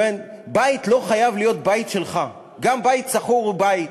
בית לא חייב להיות בית שלך, גם בית שכור הוא בית.